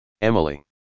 Emily